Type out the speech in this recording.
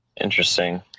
Interesting